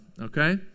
okay